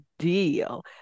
Deal